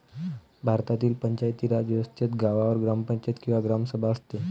भारतातील पंचायती राज व्यवस्थेत गावावर ग्रामपंचायत किंवा ग्रामसभा असते